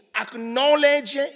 Acknowledge